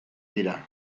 dira